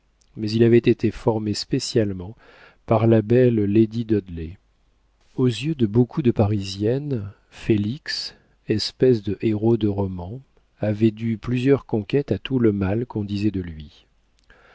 mais il avait été formé spécialement par la belle lady dudley aux yeux de beaucoup de parisiennes félix espèce de héros de roman avait dû plusieurs conquêtes à tout le mal qu'on disait de lui